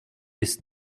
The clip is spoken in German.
ist